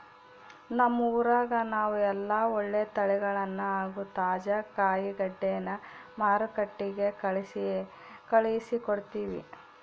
ನಮ್ಮ ಊರಗ ನಾವು ಎಲ್ಲ ಒಳ್ಳೆ ತಳಿಗಳನ್ನ ಹಾಗೂ ತಾಜಾ ಕಾಯಿಗಡ್ಡೆನ ಮಾರುಕಟ್ಟಿಗೆ ಕಳುಹಿಸಿಕೊಡ್ತಿವಿ